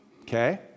Okay